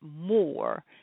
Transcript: more